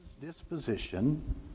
disposition